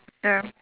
ya